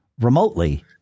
remotely